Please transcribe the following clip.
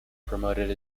promoted